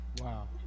wow